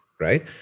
right